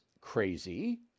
crazy